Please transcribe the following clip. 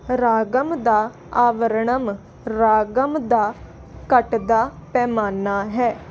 ਰਾਗਮ ਦਾ ਅਵਾਰਣਮ ਰਾਗਮ ਦਾ ਘਟਦਾ ਪੈਮਾਨਾ ਹੈ